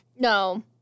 No